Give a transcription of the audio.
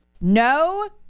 No